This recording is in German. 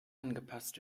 angepasst